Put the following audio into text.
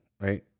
right